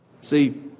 See